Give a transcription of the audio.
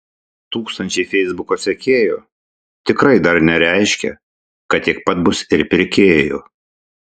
tūkstančiai feisbuko sekėjų tikrai dar nereiškia kad tiek pat bus ir pirkėjų